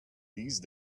these